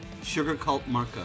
sugarcultmarco